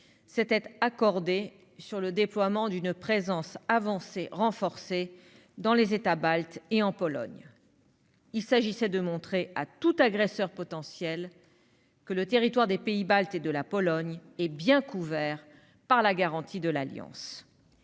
s'étaient accordés pour le déploiement d'une présence avancée renforcée dans les États baltes et en Pologne. Il s'agissait de montrer à tout agresseur potentiel que le territoire des pays baltes et de la Pologne était bien couvert par la garantie de l'Alliance